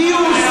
גיוס,